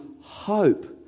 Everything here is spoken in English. hope